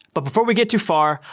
but before we get too far,